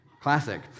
Classic